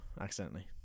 accidentally